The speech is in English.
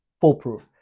foolproof